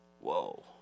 Whoa